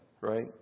right